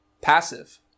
passive